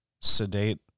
sedate